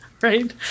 right